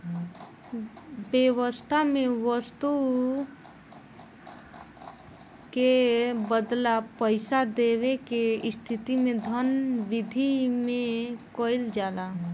बेवस्था में बस्तु के बदला पईसा देवे के स्थिति में धन बिधि में कइल जाला